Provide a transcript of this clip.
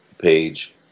page